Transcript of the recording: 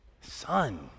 Son